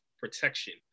protection